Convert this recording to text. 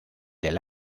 del